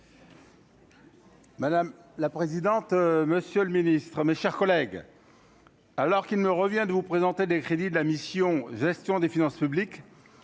Madame la présidente, monsieur le Ministre, mes chers collègues. Alors qu'il me revient de vous présenter des crédits de la mission Gestion des finances publiques,